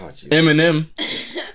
Eminem